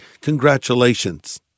Congratulations